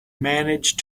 managed